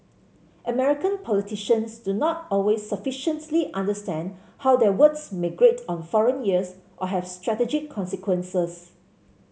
American politicians do not always sufficiently understand how their words may grate on foreign ears or have strategic consequences